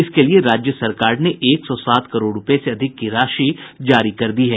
इसके लिये राज्य सरकार ने एक सौ सात करोड़ रूपये से अधिक की राशि जारी कर दी है